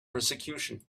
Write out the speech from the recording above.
persecution